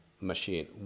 machine